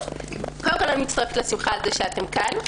קודם כול אני מצטרפת לשמחה על כך שאתן כאן.